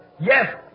Yes